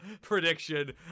prediction